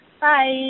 Bye